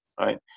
Right